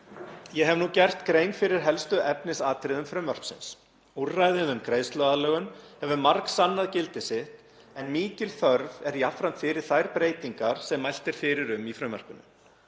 Ég hef nú gert grein fyrir helstu efnisatriðum frumvarpsins. Úrræðið um greiðsluaðlögun hefur margsannað gildi sitt en mikil þörf er jafnframt fyrir þær breytingar sem mælt er fyrir um í frumvarpinu.